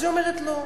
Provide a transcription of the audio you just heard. אז היא אומרת: לא,